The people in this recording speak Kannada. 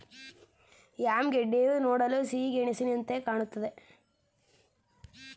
ಯಾಮ್ ಗೆಡ್ಡೆಯು ನೋಡಲು ಸಿಹಿಗೆಣಸಿನಂತೆಯೆ ಕಾಣುತ್ತದೆ